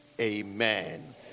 Amen